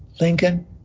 Lincoln